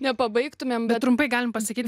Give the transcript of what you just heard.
nepabaigtumėm trumpai galim pasakyti